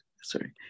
sorry